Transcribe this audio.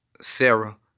Sarah